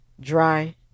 dry